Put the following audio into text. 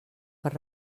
per